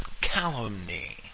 calumny